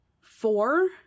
Four